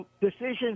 Decisions